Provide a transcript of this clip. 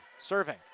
serving